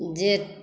जे